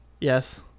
Yes